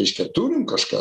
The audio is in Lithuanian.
reiškia turim kažką